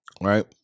Right